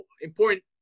important